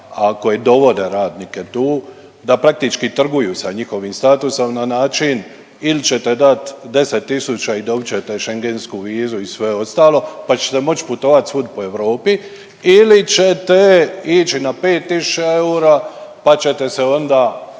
a koji dovode radnike tu da praktički trguju sa njihovim statusom na način il ćete dat 10.000 i dobit ćete schengensku vizu i sve ostalo pa ćete moć putovat svud po Europi ili ćete ići na 5.000 eura pa ćete se onda